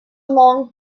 long